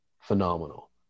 phenomenal